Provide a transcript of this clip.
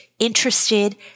interested